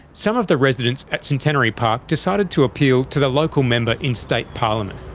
some of the residents at centenary park decided to appeal to the local member in state parliament,